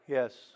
Yes